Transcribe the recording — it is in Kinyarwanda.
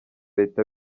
leta